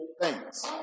thanks